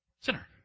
sinner